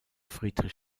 friedrich